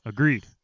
Agreed